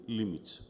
limits